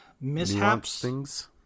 mishaps